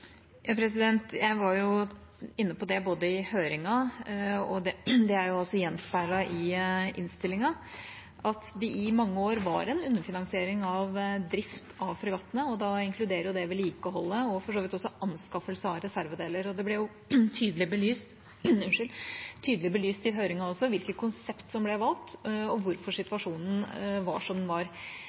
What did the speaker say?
også gjenspeilet i innstillinga, at det i mange år var en underfinansiering av drift av fregattene, og da inkluderer det vedlikeholdet og for så vidt også anskaffelse av reservedeler. Det ble også tydelig belyst i høringen hvilket konsept som ble valgt, og hvorfor situasjonen var som den var.